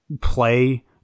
play